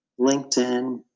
LinkedIn